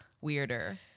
Weirder